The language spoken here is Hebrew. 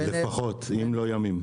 לפחות, אם לא ימים.